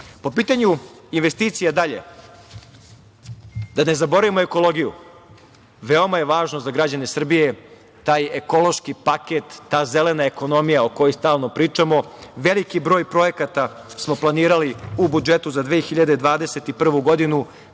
pitanju investicija, da ne zaboravimo ekologiju. Veoma je važan za građane Srbije taj ekološki paket, ta zelena ekonomija o kojoj stalno pričamo. Veliki broj projekat smo planirali u budžetu za 2021. godinu